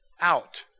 out